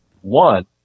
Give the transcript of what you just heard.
One